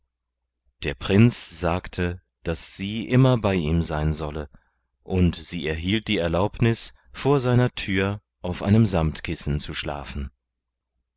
der prinz sagte daß sie immer bei ihm sein solle und sie erhielt die erlaubnis vor seiner thür auf einem samtkissen zu schlafen